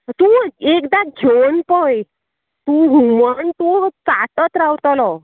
तूं एकदा घेवन पळय तूं हुमण तूं चाटत रावतलो